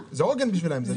עוגן בשבילם.